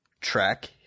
track